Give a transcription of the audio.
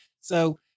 So-